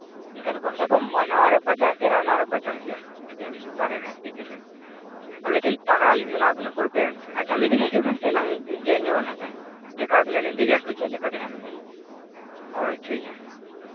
ᱮᱱᱠᱷᱟᱱ ᱠᱚᱢ ᱥᱮ ᱠᱚᱢ ᱱᱚᱣᱟ ᱨᱮ ᱯᱚᱧᱪᱟᱥ ᱦᱟᱡᱟᱨ ᱦᱟᱱᱟᱨᱮ ᱯᱚᱧᱪᱟᱥ ᱦᱟᱡᱟᱨ ᱵᱟᱦᱨᱮ ᱨᱮ ᱵᱷᱤᱛᱤᱨ ᱨᱮ ᱞᱮᱠᱤᱱ ᱛᱟᱜᱽᱲᱟᱞᱤᱧ ᱵᱮᱱᱟᱣ ᱟᱵᱮᱱᱟ ᱯᱩᱨᱟᱹ ᱵᱮᱥ ᱟᱪᱪᱷᱟ ᱢᱤᱫ ᱫᱤᱱ ᱦᱤᱡᱩᱜ ᱵᱤᱱ ᱥᱮᱞᱟᱝ ᱧᱮᱞ ᱧᱚᱜᱟ ᱦᱮᱸᱥᱮ ᱫᱮᱠᱷᱟᱣ ᱟᱵᱮᱱᱟᱞᱤᱧ ᱰᱤᱡᱟᱭᱤᱱ ᱠᱚ ᱪᱮᱫ ᱞᱮᱠᱟ ᱫᱷᱟᱨᱟ ᱢᱮᱱᱟᱜᱼᱟ ᱦᱳᱭ ᱴᱷᱤᱠ ᱜᱮᱭᱟ